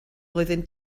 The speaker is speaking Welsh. flwyddyn